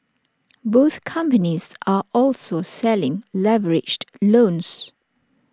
both companies are also selling leveraged loans